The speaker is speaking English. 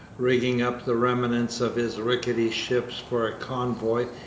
rigging up the remnants of his rickety ships for a convoy,